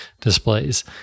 displays